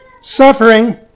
Suffering